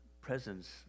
presence